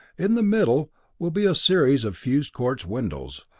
in the middle will be a series of fused quartz windows,